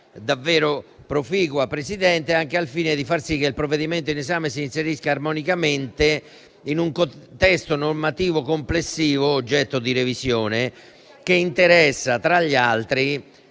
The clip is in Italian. davvero proficua, Presidente, anche al fine di far sì che il provvedimento in esame si inserisca armonicamente in un contesto normativo complessivo, oggetto di revisione, che interessa, tra le altre